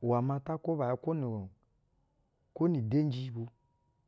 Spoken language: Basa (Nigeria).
iwɛ maa ta kwuba ya kwo nu, kwo nu udenji.